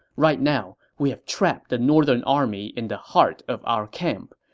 right now, we have trapped the northern army in the heart of our camp.